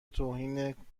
توهین